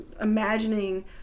imagining